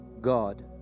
God